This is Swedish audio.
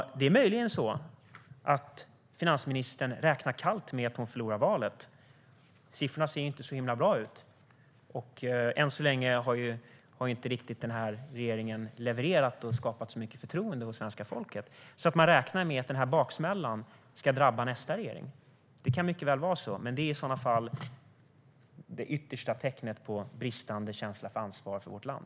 Det är möjligt att finansministern räknar kallt med att hon kommer att förlora valet. Siffrorna ser inte särskilt bra ut. Än så länge har den här regeringen inte levererat eller skapat särskilt stort förtroende hos svenska folket. Man kanske räknar med att baksmällan ska drabba nästa regering. Det kan mycket väl vara på det sättet. Men det är i sådana fall det yttersta tecknet på bristande känsla för ansvar för vårt land.